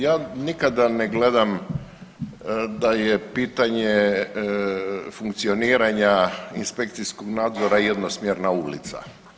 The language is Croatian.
Ja nikada ne gledam da je pitanje funkcioniranja inspekcijskog nadzora jednosmjerna ulica.